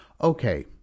Okay